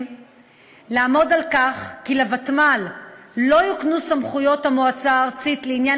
לעמוד על כך שלוותמ"ל לא יוקנו סמכויות המועצה הארצית לעניין